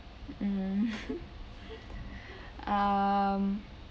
mm um